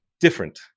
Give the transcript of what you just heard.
different